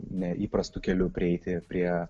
neįprastu keliu prieiti prie